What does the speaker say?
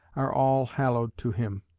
are all hallowed to him.